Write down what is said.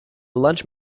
lunch